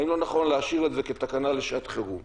האם לא נכון להשאיר את זה כתקנה לשעת חירום.